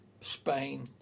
Spain